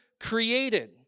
created